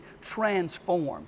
transformed